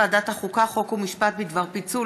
הצעת ועדת החוקה חוק ומשפט בדבר פיצול